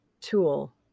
tool